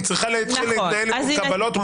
היא צריכה להתחיל להתנהל מולכם עם קבלות,